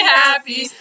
happy